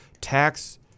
tax –